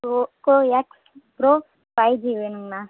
Poco X Pro five G வேணுங்கண்ணா